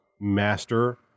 master